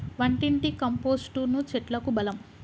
వంటింటి కంపోస్టును చెట్లకు బలం